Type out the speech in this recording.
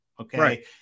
Okay